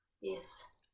Yes